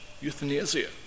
euthanasia